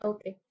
Okay